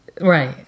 Right